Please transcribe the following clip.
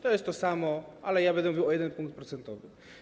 To jest to samo, ale ja będę mówił, że o 1 punkt procentowy.